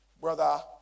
Brother